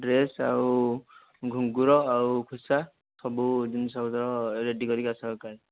dress ଆଉ ଘୁଙ୍ଗୁର ଆଉ ଖୋସା ସବୁ ଜିନିଷ ପତ୍ର ରେଡି କରିକି ଆସ ଏକାବେଳେ